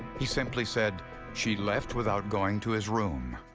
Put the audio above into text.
he simply said she left without going to his room.